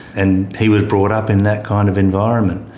and he was brought up in that kind of environment.